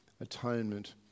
atonement